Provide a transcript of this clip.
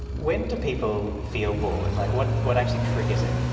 when do people feel bored? like what what actually triggers it?